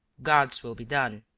god's will be done!